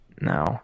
no